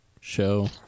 show